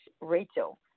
Rachel